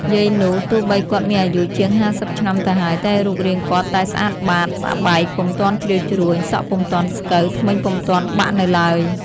យាយនោះទោះបីគាត់មានអាយុជាង ៥០ ឆ្នាំទៅហើយ តែរូបរាងគាត់តែស្អាតបាតស្បែកពុំទាន់ជ្រួញជ្រីវ សក់ពុំទាន់ស្កូវ ធ្មេញពុំទាន់បាក់នៅឡើយ ។